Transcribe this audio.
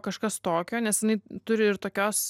kažkas tokio nes jinai turi ir tokios